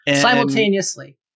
Simultaneously